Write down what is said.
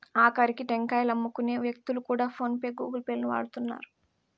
ఆకరికి టెంకాయలమ్ముకునే వ్యక్తులు కూడా ఫోన్ పే గూగుల్ పే లను వాడుతున్నారు